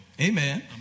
Amen